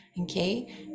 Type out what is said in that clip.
okay